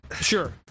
Sure